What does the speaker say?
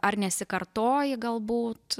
ar nesikartoji galbūt